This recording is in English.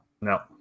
No